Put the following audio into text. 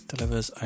delivers